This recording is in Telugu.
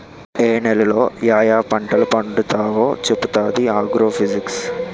ఏ నేలలో యాయా పంటలు పండుతావో చెప్పుతాది ఆగ్రో ఫిజిక్స్